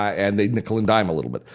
and they nickel and dime a little bit.